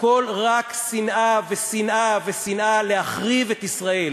הכול רק שנאה, ושנאה ושנאה, להחריב את ישראל.